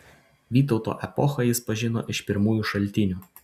vytauto epochą jis pažino iš pirmųjų šaltinių